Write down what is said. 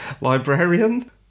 librarian